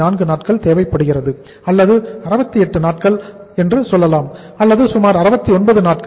4 நாட்கள் தேவைப்படுகிறது அல்லது 68 நாட்கள் என்று சொல்லலாம் அல்லது சுமார் 69 நாட்கள்